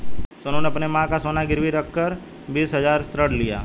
सोनू ने अपनी मां का सोना गिरवी रखकर बीस हजार ऋण लिया